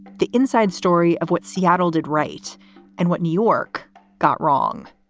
the inside story of what seattle did right and what new york got wrong.